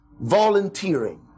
volunteering